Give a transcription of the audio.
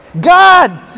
God